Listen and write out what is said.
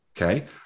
Okay